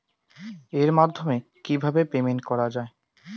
এর মাধ্যমে কিভাবে পেমেন্ট করা য়ায়?